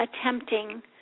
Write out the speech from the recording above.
attempting